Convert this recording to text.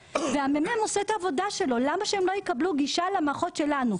והמ.מ.מ עושה את העבודה שלו למה שהם לא יקבלו גישה למערכות שלנו?